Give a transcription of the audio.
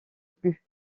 plus